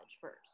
first